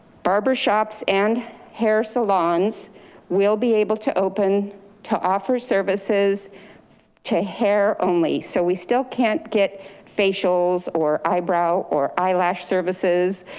barber shops and hair salons will be able to open to offer services to hair only. so we still can't get facials or eyebrow or eyelash services,